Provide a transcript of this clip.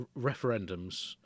referendums